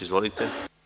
Izvolite.